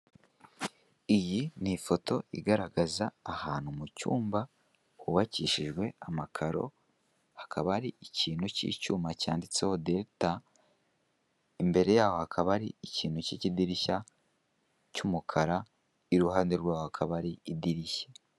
Iyi ni ifoto igaragaza ahantu mu cyumba hubakishijwe amakaro, hakaba ari ikintu cy'icyuma cyanditseho deta, imbere yaho hakaba hari ikintu cy'idirishya cy'umukara, iruhande rwaho hakaba hari idirishya.